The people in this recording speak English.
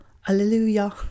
hallelujah